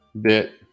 bit